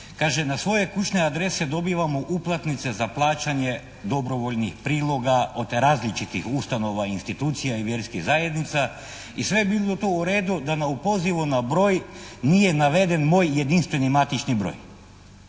kaže na svoje kućne adrese dobivamo uplatnice za plaćanje dobrovoljnih priloga od različitih ustanova, institucija i vjerskih zajednica i sve bi bilo to u redu da u pozivu na broj nije naveden moj jedinstveni matični broj.